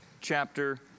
chapter